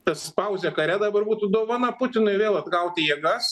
nes pauzė kare dabar būtų dovana putinui vėl atgauti jėgas